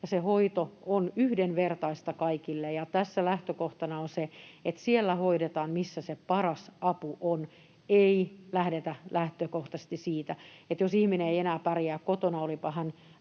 hoito on yhdenvertaista kaikille. Tässä lähtökohtana on se, että siellä hoidetaan, missä se paras apu on. Lähdetään lähtökohtaisesti siitä, että jos ihminen ei enää pärjää kotona, olipahan